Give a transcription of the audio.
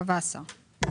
קבע השר.